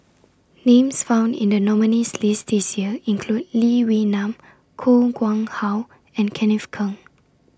Names found in The nominees' list This Year include Lee Wee Nam Koh Nguang How and Kenneth Keng